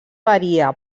varia